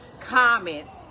comments